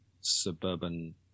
suburban